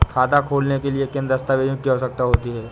खाता खोलने के लिए किन दस्तावेजों की आवश्यकता होती है?